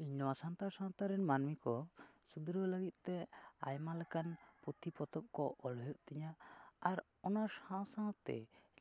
ᱤᱧ ᱱᱚᱣᱟ ᱥᱟᱱᱛᱟᱲ ᱥᱟᱶᱛᱟ ᱨᱮᱱ ᱢᱟᱹᱱᱢᱤ ᱠᱚ ᱥᱩᱫᱷᱨᱟᱹᱣ ᱞᱟᱹᱜᱤᱫ ᱛᱮ ᱟᱭᱢᱟ ᱞᱮᱠᱟ ᱯᱩᱛᱷᱤ ᱯᱚᱠᱛᱚᱵᱽ ᱠᱚ ᱚᱞ ᱦᱩᱭᱩᱜ ᱛᱤᱧᱟ ᱟᱨ ᱚᱱᱟ ᱥᱟᱶᱼᱥᱟᱶᱛᱮ